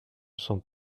sont